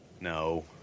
No